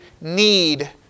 need